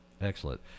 Excellent